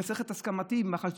אתה צריך את הסכמתי, מהחשדנות.